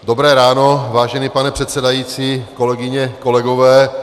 Dobré ráno, vážený pane předsedající, kolegyně, kolegové.